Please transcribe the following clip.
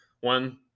one